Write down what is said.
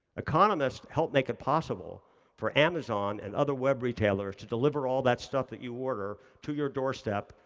economists help make it possible for amazon and other web retailers to deliver all that stuff that you order to your doorstep,